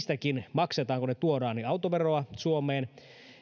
maksetaan kun ne tuodaan autoveroa suomeen